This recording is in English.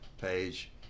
page